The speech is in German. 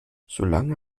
solange